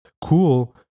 cool